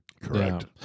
Correct